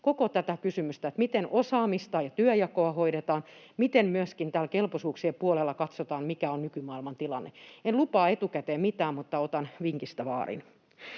koko tätä kysymystä, miten osaamista ja työnjakoa hoidetaan, miten myöskin täällä kelpoisuuksien puolella katsotaan, mikä on nykymaailman tilanne. En lupaa etukäteen mitään, mutta otan vinkistä vaarin.